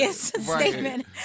statement